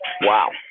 Wow